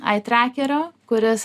ai trekerio kuris